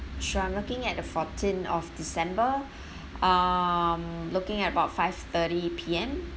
sure I'm looking at the fourteen of december um looking at about five thirty P_M